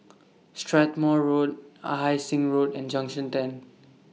Strathmore Road Ah Hai Sing Road and Junction ten